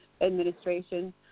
administration